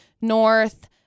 North